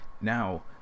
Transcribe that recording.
now